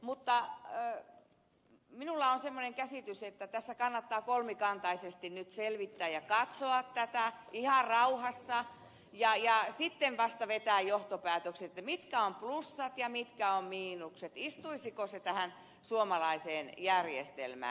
mutta minulla on semmoinen käsitys että tässä kannattaa kolmikantaisesti nyt selvittää ja katsoa tätä ihan rauhassa ja sitten vasta vetää johtopäätökset mitkä ovat plussat ja mitkä ovat miinukset istuisiko se tähän suomalaiseen järjestelmään